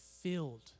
filled